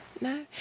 no